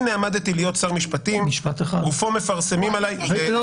הנה עמדתי להיות שר משפטים ופה מפרסמים עליי -- משפט אחד.